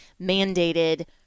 mandated